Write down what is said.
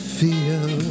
feel